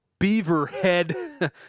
Beaverhead